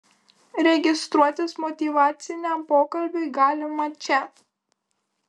registruotis motyvaciniam pokalbiui galima čia